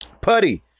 Putty